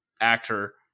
actor